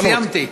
סיימתי.